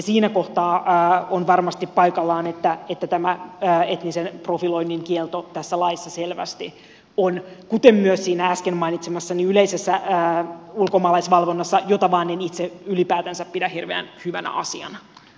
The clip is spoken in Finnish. siinä kohtaa on varmasti paikallaan että tämä etnisen profiloinnin kielto tässä laissa selvästi on kuten myös siinä äsken mainitsemassani yleisessä ulkomaalaisvalvonnassa jota vain en itse ylipäätänsä pidä hirveän hyvänä asiana